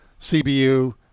CBU